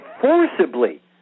forcibly